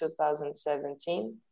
2017